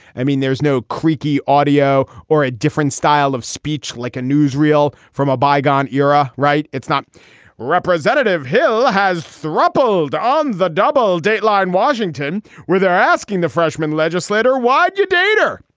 i mean there's no creaky audio or a different style of speech like a newsreel from a bygone era. right. it's not representative hill has throw up old on the double dateline washington where they're asking the freshman legislator why you date her.